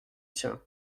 tiens